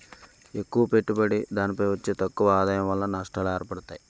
ఎక్కువ పెట్టుబడి దానిపై వచ్చే తక్కువ ఆదాయం వలన నష్టాలు ఏర్పడతాయి